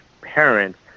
parents